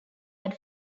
had